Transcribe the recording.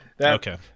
Okay